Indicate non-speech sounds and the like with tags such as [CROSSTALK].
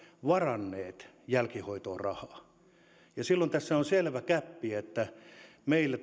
varanneet rahaa silloin tässä on selvä gäppi kun meillä [UNINTELLIGIBLE]